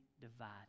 divided